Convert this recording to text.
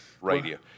Radio